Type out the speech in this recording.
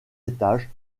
étages